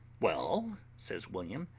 well, says william,